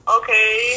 Okay